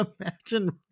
imagine